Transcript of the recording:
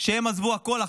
שהם עזבו הכול עכשיו,